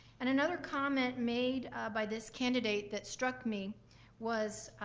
and another comment made by this candidate that struck me was